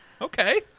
Okay